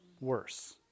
Worse